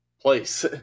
place